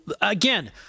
Again